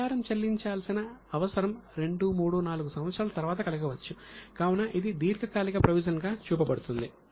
పరిహారం చెల్లించాల్సిన అవసరం 2 3 4 సంవత్సరాల తరువాత కలగవచ్చు కావున ఇది దీర్ఘకాలిక ప్రొవిజన్ గా చూపబడుతుంది